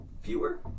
Fewer